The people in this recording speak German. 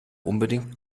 unbedingt